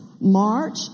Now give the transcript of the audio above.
March